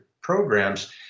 programs